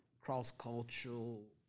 cross-cultural